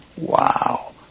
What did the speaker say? Wow